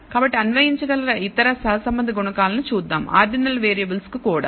కాబట్టి అన్వయించగల ఇతర సహసంబంధ గుణకాలను చూద్దాం ఆర్డినల్ వేరియబుల్స్ కు కూడా